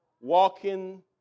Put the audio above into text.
walking